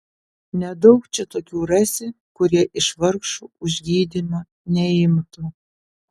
nedaug čia tokių rasi kurie iš vargšų už gydymą neimtų